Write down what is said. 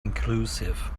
inclusive